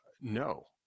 no